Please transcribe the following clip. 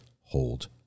hold